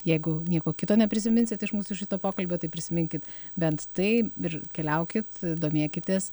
jeigu nieko kito neprisiminsit iš mūsų šito pokalbio tai prisiminkit bent tai ir keliaukit domėkitės